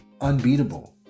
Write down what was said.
unbeatable